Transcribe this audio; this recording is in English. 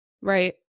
right